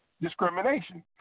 discrimination